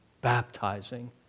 baptizing